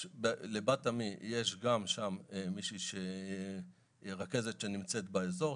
לבת עמי יש גם שם מישהי שהיא רכזת שנמצאת באזור.